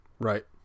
right